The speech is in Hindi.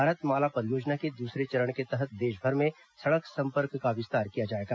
भारत माला परियोजना के दूसरे चरण के तहत देश भर में सड़क संपर्क का विस्तार किया जायेगा